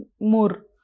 more